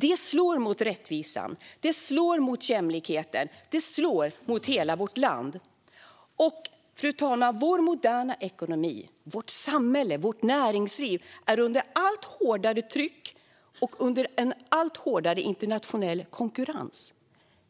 Det slår mot rättvisan, det slår mot jämlikheten och det slår mot hela vårt land. Fru talman! Vår moderna ekonomi, vårt samhälle och vårt näringsliv är under ett allt hårdare tryck och under en allt hårdare internationell konkurrens.